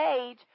age